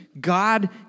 God